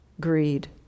greed